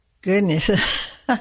Goodness